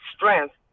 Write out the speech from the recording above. strength